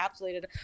encapsulated